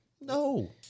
no